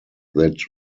that